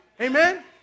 amen